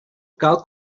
cal